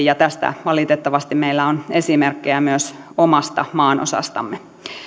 ja tästä valitettavasti meillä on esimerkkejä myös omasta maanosastamme